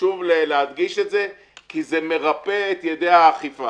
חשוב להדגיש את זה, כי זה מרפה את ידי האכיפה.